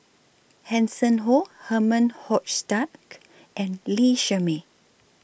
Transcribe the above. Hanson Ho Herman Hochstadt and Lee Shermay